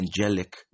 Angelic